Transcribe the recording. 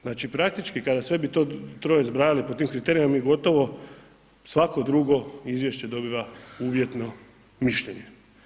Znači praktički kada sve bi to troje zbrajali po tim kriterijima mi gotovo, svako drugo izvješće dobiva uvjetno mišljenje.